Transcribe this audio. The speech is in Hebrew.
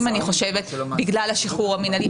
בגלל השחרור המינהלי.